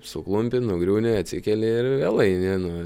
suklumpi nugriūni atsikeli ir vėl eini nu